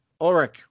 Ulrich